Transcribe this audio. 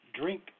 drink